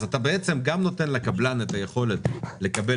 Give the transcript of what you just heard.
אז אתה בעצם גם נותן לקבלן את היכולת לקבל